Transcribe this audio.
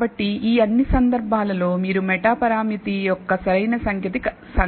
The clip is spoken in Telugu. కాబట్టి ఈ అన్ని సందర్భాల్లో మీరు మెటా పరామితి యొక్క సరైన